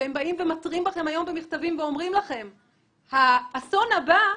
הם באים ומתריעים היום במכתבים ואומרים לכם שהאסון הבא,